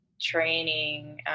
training